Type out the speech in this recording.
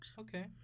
Okay